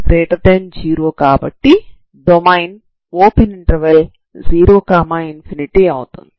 x0 కాబట్టి domain 0∞ అవుతుంది